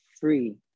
free